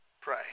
Pray